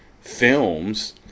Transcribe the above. films